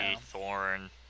thorn